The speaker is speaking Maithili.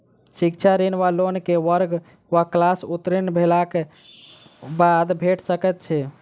शिक्षा ऋण वा लोन केँ वर्ग वा क्लास उत्तीर्ण भेलाक बाद भेट सकैत छी?